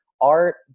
art